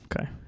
Okay